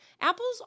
apples